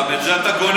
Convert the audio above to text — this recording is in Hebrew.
גם את זה אתה גונב?